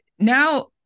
Now